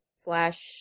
slash